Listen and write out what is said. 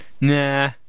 Nah